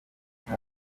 bica